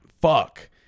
Fuck